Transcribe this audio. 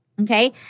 okay